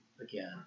again